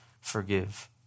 forgive